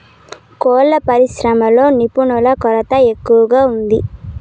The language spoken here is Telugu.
కోళ్ళ పరిశ్రమలో నిపుణుల కొరత ఎక్కువగా ఉంది